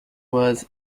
was